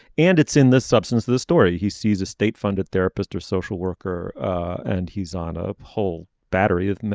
and it's in this substance this story. he sees a state funded therapist or social worker and he's on a whole battery of.